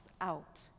out